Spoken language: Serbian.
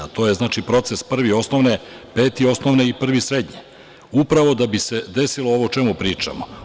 To je proces prvi osnovne, peti osnovne i prvi srednje, upravo da bi se desilo ovo o čemu pričamo.